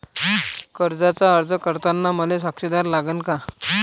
कर्जाचा अर्ज करताना मले साक्षीदार लागन का?